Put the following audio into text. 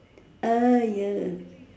ya